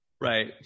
Right